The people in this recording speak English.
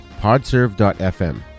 Podserve.fm